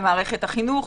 במערכת החינוך,